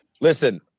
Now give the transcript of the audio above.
Listen